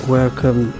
welcome